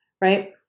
right